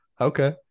Okay